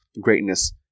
greatness